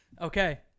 Okay